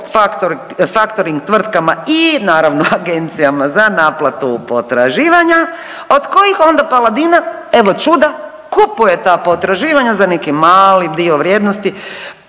faktoring tvrtkama i naravno agencijama za naplatu potraživanja od kojih onda Paladina evo čuda kupuje ta potraživanja za neki mali dio vrijednosti.